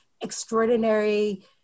extraordinary